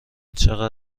چقدر